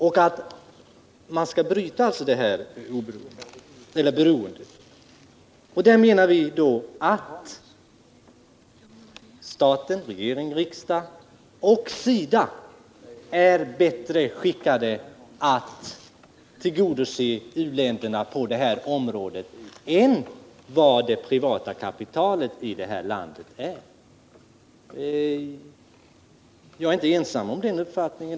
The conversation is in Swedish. Vi anser att staten, regeringen och riksdagen samt SIDA är bättre skickade att tillgodose u-länderna på detta område än det privata kapitalet i detta land. Jag är inte ensam om denna uppfattning.